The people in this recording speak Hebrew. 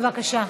בבקשה.